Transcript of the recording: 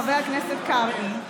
חבר הכנסת קרעי,